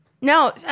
No